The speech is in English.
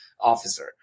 officer